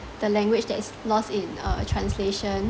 the language that is lost in uh translation